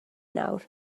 nawr